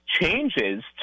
changes